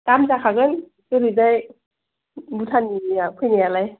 दाम जाखागोन ओरैजाय भुटान निया फैनायालाय